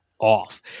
off